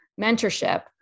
mentorship